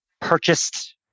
purchased